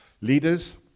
Leaders